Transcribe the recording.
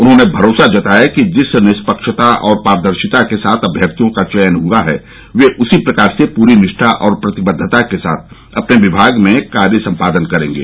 उन्होंने भरोसा जताया कि जिस निष्पक्षता और पारदर्शिता के साथ अम्यर्थियों का चयन हुआ है वे उसी प्रकार से पूरी निष्ठा और प्रतिबद्वता के साथ अपने विभाग में कार्य सम्पादन करेंगे